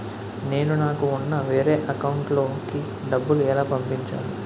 నేను నాకు ఉన్న వేరే అకౌంట్ లో కి డబ్బులు ఎలా పంపించాలి?